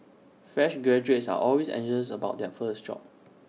fresh graduates are always anxious about their first job